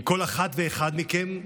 עם כל אחת ואחד מכם.